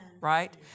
right